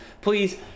please